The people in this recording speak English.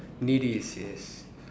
needy yes